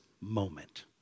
moment